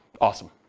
Awesome